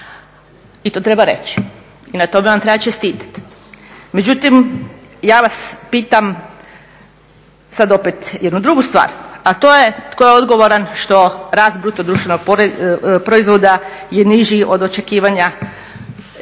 i to treba reći i na tome vam treba čestitati. Međutim, ja vas pitam sad opet jednu drugu stvar, a to je tko je odgovoran što rast bruto društvenog proizvoda je niži od očekivanja